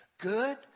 Good